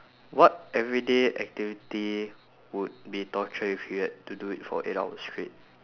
what everyday activity would be torture if you had to do it for eight hours straight